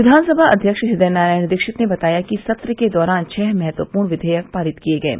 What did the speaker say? विघानसभा अध्यक्ष हदयनारायण दीक्षित ने बताया कि सत्र के दौरान छह महत्वपूर्ण विधेयक पारित किये गये